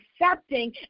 accepting